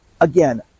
again